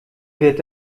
wird